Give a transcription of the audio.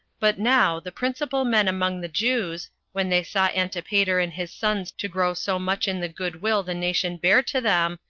but now the principal men among the jews, when they saw antipater and his sons to grow so much in the good-will the nation bare to them,